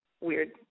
weird